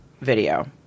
video